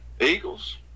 Eagles